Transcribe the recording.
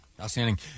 Outstanding